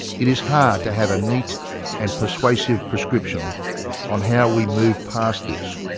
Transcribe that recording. it is hard to have a neat and persuasive prescription on how we move past this.